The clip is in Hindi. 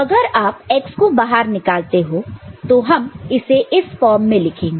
अगर आप x को बाहर निकालते हो तो हम इसे इस फॉर्म में लिखेंगे